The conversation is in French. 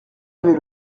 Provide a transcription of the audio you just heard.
avait